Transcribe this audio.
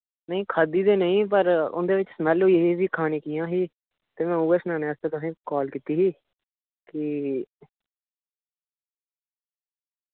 नेईं खाद्धी ते नेईं पर उं'दे बिच स्मैल्ल होई गेदी ही खानी कि'यां ही ते मैं उय्यै सनाने आस्तै तुसें काह्ल कीती ही की